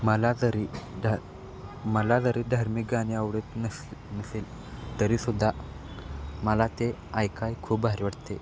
मला तरी ढ मला जरी धार्मिक गाणी आवडत नस नसेल तरी सुद्धा मला ते ऐकाय खूप भारी वाटते